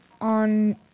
on